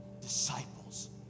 disciples